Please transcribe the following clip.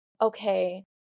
okay